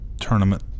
tournament